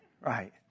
Right